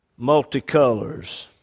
multicolors